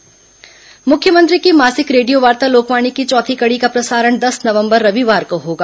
लोकवाणी मुख्यमंत्री की मासिक रेडियोवार्ता लोकवाणी की चौथी कड़ी का प्रसारण दस नवम्बर रविवार को होगा